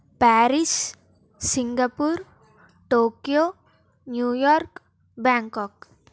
Paris Singapore Tokyo New York Bangkok